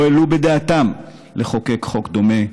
לא העלו בדעתם לחוקק חוק דומה.